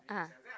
(uh huh)